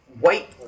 white